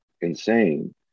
insane